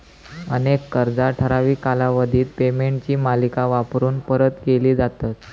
अनेक कर्जा ठराविक कालावधीत पेमेंटची मालिका वापरून परत केली जातत